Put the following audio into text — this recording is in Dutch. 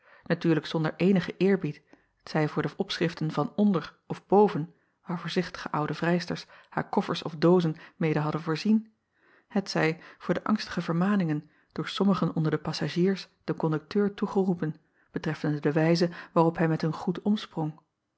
natuurlijk zonder eenigen eerbied t zij voor de opschriften van onder of boven waar voorzichtige oude vrijsters haar koffers of doozen mede hadden voorzien t zij voor de angstige vermaningen door sommigen onder de passagiers den kondukteur toegeroepen betreffende de wijze waarop hij met hun goed omsprong